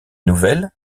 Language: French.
nouvelles